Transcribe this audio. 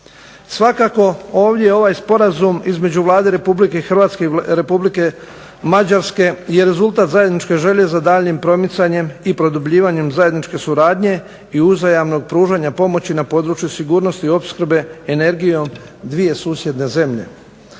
Svakako ovdje ovaj sporazum između Vlade Republike Hrvatske i Republike Mađarske je rezultat zajedničke želje za daljnjim promicanjem i produbljivanjem zajedničke suradnje i uzajamnog pružanja pomoći na području sigurnosti opskrbe energijom dvije susjedne zemlje.